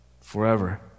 forever